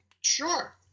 sure